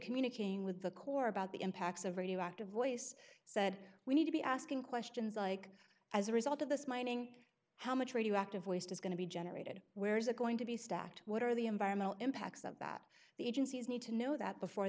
communicating with the corps about the impacts of radioactive voice said we need to be asking questions like as a result of this mining how much radioactive waste is going to be generated where's it going to be stacked what are the environmental impacts of that the agencies need to know that before